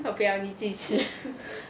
我不要你自己吃